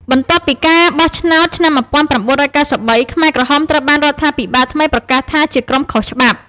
បន្ទាប់ពីការបោះឆ្នោតឆ្នាំ១៩៩៣ ខ្មែរក្រហមត្រូវបានរដ្ឋាភិបាលថ្មីប្រកាសថាជាក្រុមខុសច្បាប់។